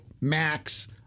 Max